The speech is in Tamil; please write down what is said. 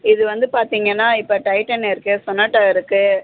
இது வந்து பார்த்திங்கனா இப்போ டைட்டன் இருக்குது சொனாட்டா இருக்குது